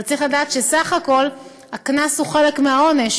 אבל צריך לדעת שבסך הכול הקנס הוא חלק מהעונש,